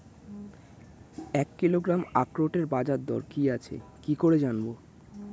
এক কিলোগ্রাম আখরোটের বাজারদর কি আছে কি করে জানবো?